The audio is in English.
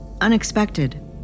unexpected